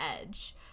edge